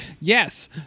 yes